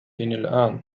الآن